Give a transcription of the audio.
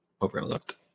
overlooked